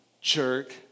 Jerk